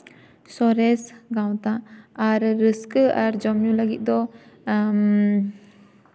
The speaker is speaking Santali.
ᱥᱚᱨᱮᱥ ᱜᱟᱶᱛᱟ ᱟᱨ ᱨᱟᱹᱥᱠᱟᱹ ᱟᱨ ᱡᱚᱢ ᱧᱩ ᱞᱟᱹᱜᱤᱫ ᱫᱚ